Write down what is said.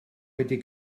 wedi